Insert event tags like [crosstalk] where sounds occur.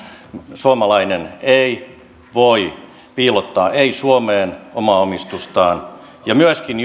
suomalainen ei voi piilottaa suomeen omaa omistustaan ja myöskin [unintelligible]